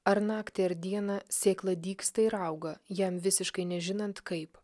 ar naktį ar dieną sėkla dygsta ir auga jam visiškai nežinant kaip